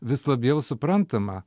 vis labiau suprantama